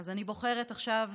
אז אני בוחרת עכשיו